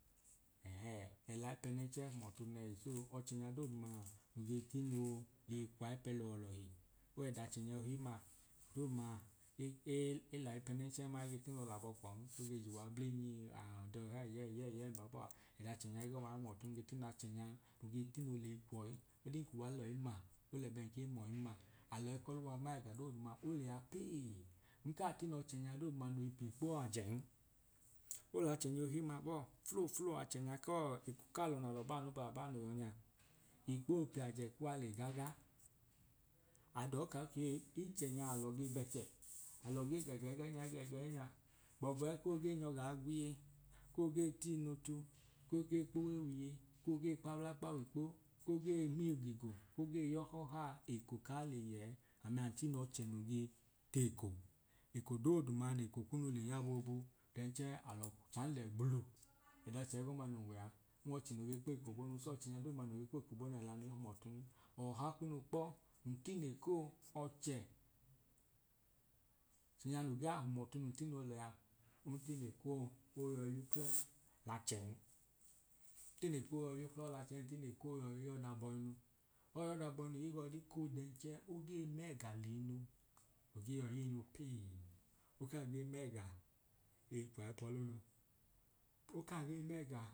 Ẹhẹẹ ẹlai pẹnẹnchẹ hum ẹtu nẹhi so ọchẹnya doodumaa no gee tinoo biei kwaipẹ lọọlọhi ọw’ẹdachẹnya ohimma ekodooduma e e ẹlaipẹ nẹnchẹ ma ege tino labọ kwuan ege juwa blinyi an ọdọha ẹyẹyẹyẹi mbabọọa ẹdachẹnya ẹgọma ihum ọtun nge tin’achẹnya no gee tino leyi kwọi ọdin kuwa lọi ma elẹ bẹn ke mọin ma alọi kọluwa ma ẹga dooduma oliya peee, nkaa tin’ọchẹnya dooduma noi piikpo ajẹn. Ol’ọchẹnya ohimma bọọ fulu fulu achẹnya keko nalọ baanu baabaa noo yọ nya ikpo opiajẹ kuwaa le gaga adọọ ka k ichẹnya alọ gee bẹchẹ alọ gee gege ẹgẹnya gege ẹgẹnya gbọbu ẹko gee nyọ gaa gwiye koo gee tiinutu koo gee kpuwe wiye koo gee kpablakpa wikpo koo gee migigo ko gee yọhọọhaa eko kaa leyẹẹ. Amia ntin’ọchẹ no ge teeko ekodooduma neeko kunu leya boobu then chẹẹ alọ chanjẹ gbulu ẹdọchẹ ẹgọma nun wẹa nw’ọche no ge kpeko bonun so ọchẹnya dooduma noi kpeko boonu a ẹlanu ihum ọtun. Ọha kunu kpọ ntine koo ọche nya noo gaa hum ọtu nun tino lẹya ntine ko koyọi y’uklọn ml’achẹn, ntine ko yọi y’uklọ lachẹn ntine ko yọi yọda bọinu, oyọi yọda bọinu higbun koo den chẹẹ ogee mẹga liinu noo ge yọi yiinu pee okaa gee mẹga leyi kwai pọlunu okaa ge mẹga